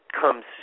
comes